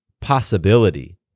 possibility